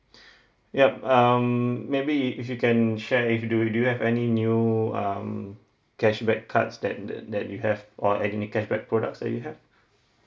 yup um maybe if if you can share if do do you have any new um cashback cards that that that you have or any cashback products that you have